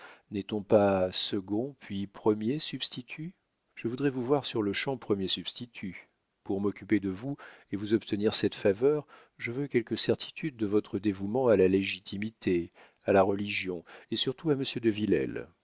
n'est-on pas second puis premier substitut je voudrais vous voir sur-le-champ premier substitut pour m'occuper de vous et vous obtenir cette faveur je veux quelque certitude de votre dévouement à la légitimité à la religion et surtout à monsieur de villèle